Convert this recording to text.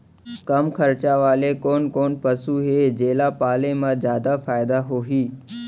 कम खरचा वाले कोन कोन पसु हे जेला पाले म जादा फायदा होही?